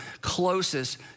closest